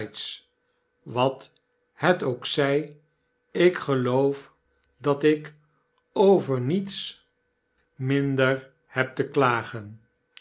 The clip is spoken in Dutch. wat het ook zij ik geloof dat ik over niets minder heb te klagen